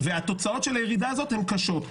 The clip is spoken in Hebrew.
והתוצאות של הירידה הזאת הן קשות.